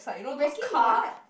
baking what